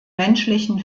menschlichen